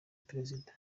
perezida